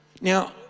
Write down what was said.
Now